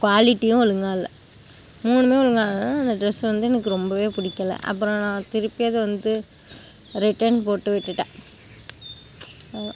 குவாலிட்டியும் ஒழுங்காக இல்லை மூணும் ஒழுங்காக இல்லாததினால அந்த ட்ரெஸ் வந்து எனக்கு ரொம்ப பிடிக்கல அப்புறம் நான் திருப்பி அதை வந்து ரிட்டன் போட்டு விட்டுட்டேன் அவ்வளோதான்